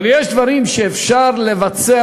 אבל יש דברים שאפשר לבצע